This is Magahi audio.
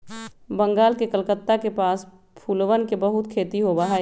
बंगाल के कलकत्ता के पास फूलवन के बहुत खेती होबा हई